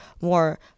more